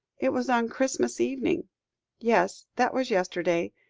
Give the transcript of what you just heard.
it was on christmas evening yes, that was yesterday.